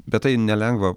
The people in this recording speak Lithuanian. bet tai nelengva